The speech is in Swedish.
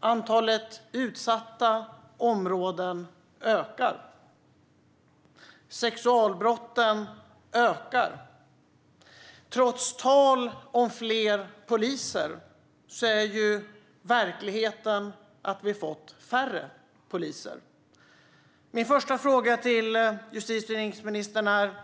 Antalet utsatta områden ökar. Sexualbrotten ökar. Trots tal om fler poliser är verkligheten att vi har fått färre poliser. Min första fråga till dig, justitie och inrikesministern, är: